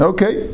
Okay